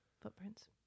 Footprints